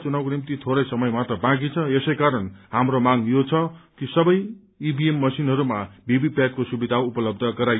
चुनावको निम्ति थोरै समय मात्र बाँकी रछ यसै कारणहाम्रो मांग यो छ कि सबै ईभीएम मशीनहरूमा वीवी पैटको सुविधा उपलब्ध गरून्